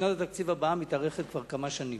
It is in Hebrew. ושנת התקציב הבאה מתארכת כבר כמה שנים.